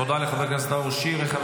תודה לחבר הכנסת נאור שירי.